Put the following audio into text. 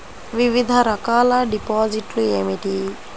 వివిధ రకాల డిపాజిట్లు ఏమిటీ?